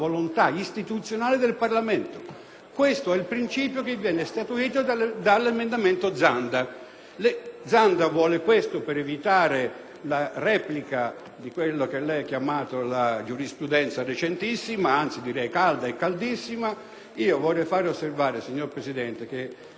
Questo è il principio che viene statuito dall'emendamento Zanda. Il senatore Zanda vuole questo per evitare la replica di quella che lei ha chiamato la giurisprudenza recentissima e che io definirei calda e caldissima. Vorrei far osservare, signor Presidente, che se si viola la Costituzione,